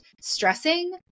stressing